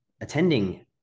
attending